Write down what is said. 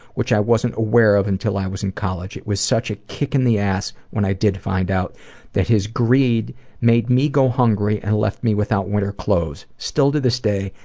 which i wasn't aware of until i was in college. it was such a kick in the ass when i did find out that his greed let me go hungry and left me without winter clothes. still, to this day,